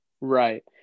Right